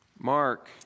Mark